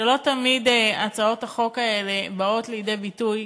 שלא תמיד הצעות החוק האלה באות לידי ביטוי